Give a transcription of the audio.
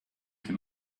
can